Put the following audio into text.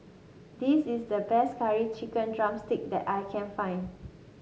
this is the best Curry Chicken drumstick that I can find